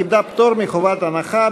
קיבלה פטור מחובת הנחה,